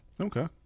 Okay